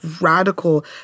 radical